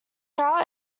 trout